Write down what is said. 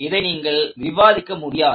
இதை நீங்கள் விவாதிக்க முடியாது